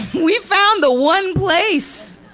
we found the one place